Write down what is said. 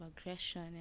aggression